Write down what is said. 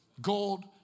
gold